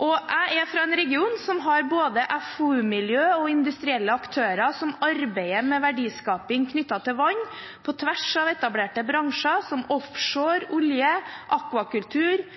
Jeg er fra en region som har både FoU-miljø og industrielle aktører som arbeider med verdiskaping knyttet til vann på tvers av etablerte bransjer, som offshore, olje, akvakultur,